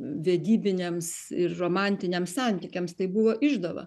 vedybiniams ir romantiniams santykiams tai buvo išdava